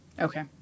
Okay